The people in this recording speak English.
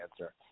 answer